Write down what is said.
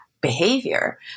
behavior